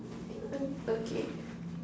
okay